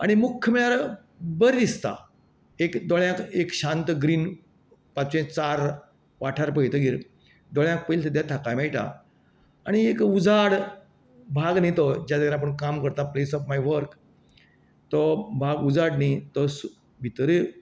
आनी मुख्य म्हळ्यार बरी दिसता एक दोळ्यांक एक शांत ग्रीन पांचवेचार वाठार पळयतकीर दोळ्यांक पयली सद्द्या थाकाय मेळटा आनी एक उजाड भाग न्ही तो ज्या जाग्यार आपूण काम करता प्लेस ऑफ माय वर्क तो भाग जाण न्ही तो भितरय